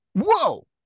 Whoa